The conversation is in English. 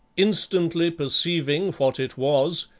instantly perceiving what it was,